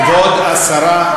כבוד השרה,